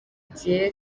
igihe